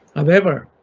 however,